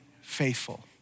faithful